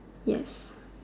yes